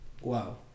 Wow